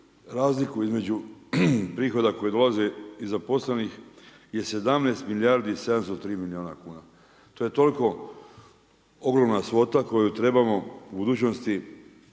razliku između prihoda koji dolaze i zaposlenih je 17 milijardi i 703 milijuna kuna. To je toliko ogromna svota koju trebamo u budućnosti